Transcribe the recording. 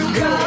go